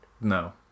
no